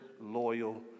loyal